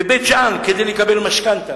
בבית-שאן, כדי לקבל משכנתה,